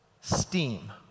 steam